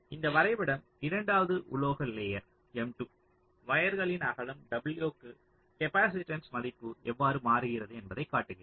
இந்த வரைபடம் இரண்டாவது உலோக லேயர் M2 வயர்களின் அகலம் w க்கு கேப்பாசிட்டன்ஸ் மதிப்பு எவ்வாறு மாறுகிறது என்பதை காட்டுகிறது